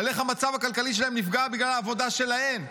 איך המצב הכלכלי שלהן נפגע בגלל העבודה שלהן.